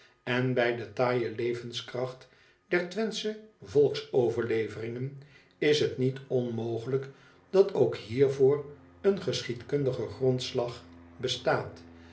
en bij de taaije levenskracht der wenthsche volksoverleveringen is het niet onmogelijk dat ook hiervoor een geschiedkundige grondslag bestaat